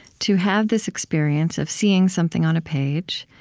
to have this experience of seeing something on a page,